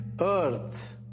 Earth